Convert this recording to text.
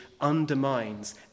undermines